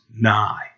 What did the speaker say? nigh